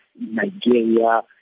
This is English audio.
Nigeria